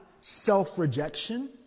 self-rejection